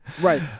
Right